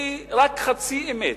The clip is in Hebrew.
היא רק חצי אמת.